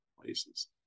places